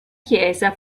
chiesa